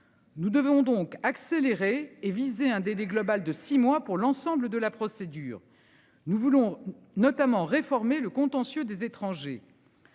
Nous devons donc accélérer et visé un Dédé global de 6 mois pour l'ensemble de la procédure. Nous voulons notamment réformer le contentieux des étrangers.